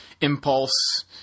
impulse